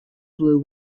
blue